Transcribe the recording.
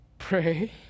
pray